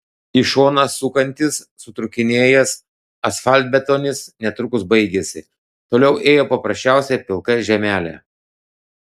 į šoną sukantis sutrūkinėjęs asfaltbetonis netrukus baigėsi toliau ėjo paprasčiausia pilka žemelė